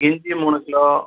இஞ்சி மூணு கிலோ